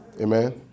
Amen